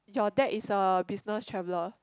your dad is a business traveler